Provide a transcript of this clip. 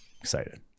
Excited